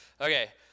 okay